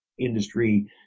industry